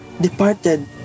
departed